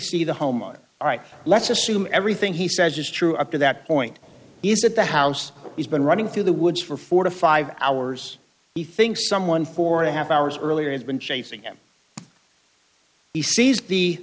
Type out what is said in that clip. see the homeowner all right let's assume everything he says is true up to that point is that the house has been running through the woods for four to five hours he thinks someone four and a half hours earlier has been chasing him he sees the